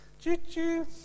Choo-choo